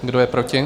Kdo je proti?